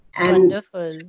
Wonderful